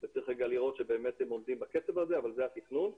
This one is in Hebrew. וצריך לראות שהם באמת עומדים בקצב הזה אבל זה התכנון,